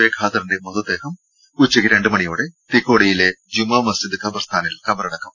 A ഖാദറിന്റെ മൃതദേഹം ഉച്ചയ്ക്ക് രണ്ട് മണിയോടെ തിക്കോടിയിലെ ജുമാ മസ്ജിദ് ഖബർസ്ഥാനിൽ ഖബറടക്കും